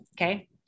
Okay